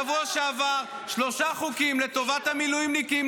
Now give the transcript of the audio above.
שבוע שעבר שלושה חוקים לטובת המילואימניקים,